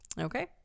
okay